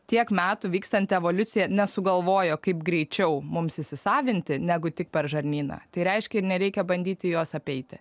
tiek metų vykstanti evoliucija nesugalvojo kaip greičiau mums įsisavinti negu tik per žarnyną tai reiškia ir nereikia bandyti jos apeiti